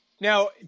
Now